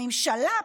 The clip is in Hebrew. הממשלה,